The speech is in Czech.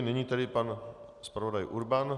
Nyní tedy pan zpravodaj Urban.